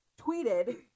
tweeted